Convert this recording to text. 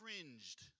cringed